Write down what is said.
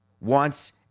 wants